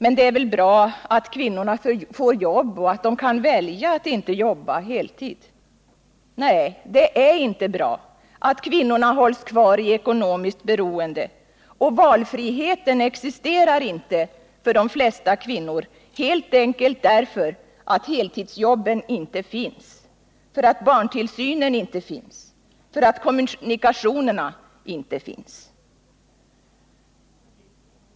Men det är väl bra att kvinnorna får jobb och att de kan välja att inte jobba heltid? Nej, det är inte bra att kvinnorna hålls kvar i ekonomiskt beroende, och valfriheten existerar inte för de flesta kvinnor, helt enkelt därför att heltidsjobben inte finns, för att barntillsynen inte finns, för att kommunikationerna inte finns.